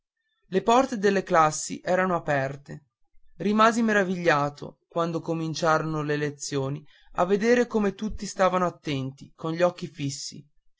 le porte delle classi erano aperte rimasi meravigliato quando cominciarono le lezioni a vedere come tutti stavano attenti con gli occhi fissi